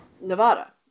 Nevada